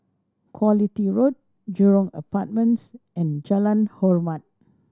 Quality Road Jurong Apartments and Jalan Hormat